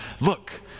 Look